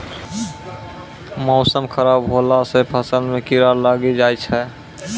मौसम खराब हौला से फ़सल मे कीड़ा लागी जाय छै?